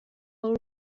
all